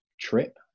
trip